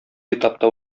этапта